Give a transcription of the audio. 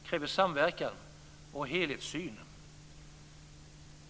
Den kräver samverkan och helhetssyn,